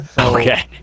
Okay